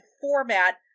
format